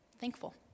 thankful